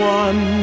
one